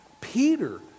Peter